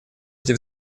эти